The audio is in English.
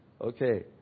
Okay